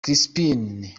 crispin